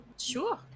Sure